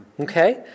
Okay